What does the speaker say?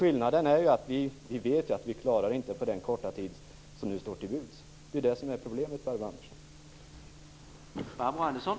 Skillnaden är att vi vet att detta inte går att klara på den korta tid som nu står till buds. Det är det som är problemet, Barbro Andersson.